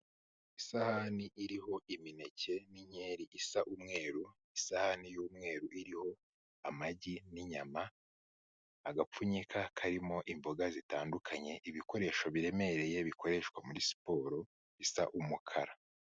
Isahani iriho imineke n'inkeri isa umweru, isahani y'umweru iriho amagi n'inyama, agapfunyika karimo imboga zitandukanye, ibikoresho biremereye bikoreshwa muri siporo bisa umukara.